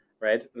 right